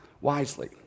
wisely